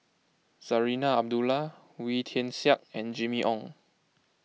Zarinah Abdullah Wee Tian Siak and Jimmy Ong